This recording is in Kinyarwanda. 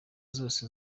zose